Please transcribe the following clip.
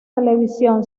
televisión